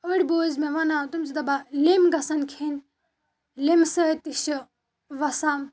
أڈۍ بوٗز مےٚ وَنان تِم چھِ دَپان لیمب گژھن کھیٚنۍ لیمب سۭتۍ تہِ چھُ وَسان